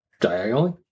diagonally